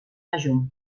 major